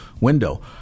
window